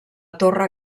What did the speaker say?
torre